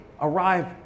arrive